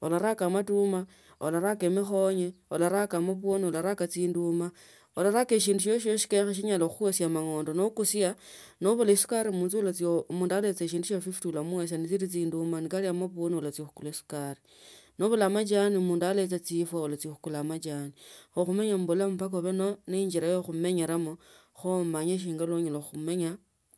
olaraka amatuma olaraka emikhonye olaraka amapwoni olaraka chindumu olaraka shindu shwasi shinyala khukhuesia amang’onda nokusia nobula esukari munzu omundu alecha neshindu shi ofwe nechili chinduma ni kale amapwoni olakula esukari nobula mayani mundala nicho chikhonya ulachoa khukula amachani khumenya mubalamu mpaka umanye injira ye khumenya khe umanye wonyala khumenya.